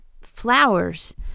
flowers